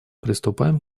приступаем